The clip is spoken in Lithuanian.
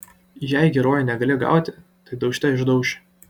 jei geruoju negali gauti tai daužte išdauši